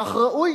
כך ראוי,